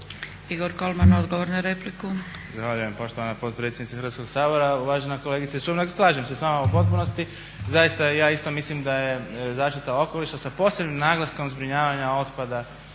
**Kolman, Igor (HNS)** Zahvaljujem poštovana potpredsjednice Hrvatskog sabora. Uvažena kolegice Sumrak, slažem se s vama u potpunosti. Zaista i ja isto mislim da je zaštita okoliša sa posebnim naglaskom zbrinjavanja otpada